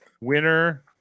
Winner